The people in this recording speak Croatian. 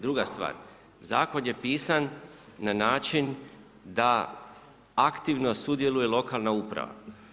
Druga stvar, Zakon je pisan na način da aktivno sudjeluje lokalna uprava.